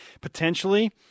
potentially